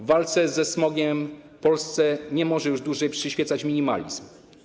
Walce ze smogiem w Polsce nie może już dłużej przyświecać minimalizm.